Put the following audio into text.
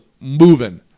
moving